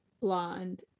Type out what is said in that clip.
blonde